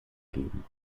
geben